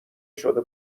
شده